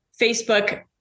Facebook